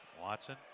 Watson